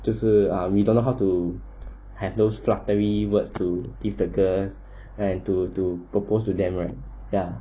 就是 ah we don't know how to have those flattery words to give the girl and to to propose to them right ya